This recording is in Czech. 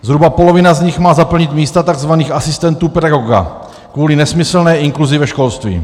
Zhruba polovina z nich má zaplnit místa takzvaných asistentů pedagoga kvůli nesmyslné inkluzi ve školství.